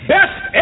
Best